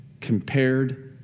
compared